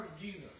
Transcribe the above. Jesus